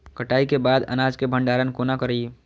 कटाई के बाद अनाज के भंडारण कोना करी?